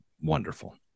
wonderful